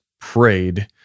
prayed